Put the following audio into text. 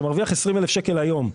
שמרוויח 20,000 שקלים היום,